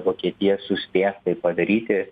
vokietija suspės tai padaryti